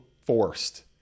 forced